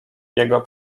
jego